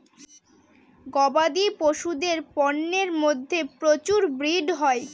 গবাদি পশুদের পন্যের মধ্যে প্রচুর ব্রিড হয়